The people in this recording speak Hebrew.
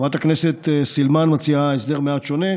חברת הכנסת סילמן מציעה הסדר מעט שונה,